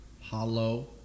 Hollow